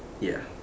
ya